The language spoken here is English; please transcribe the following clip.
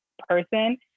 person